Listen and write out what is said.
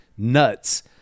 Nuts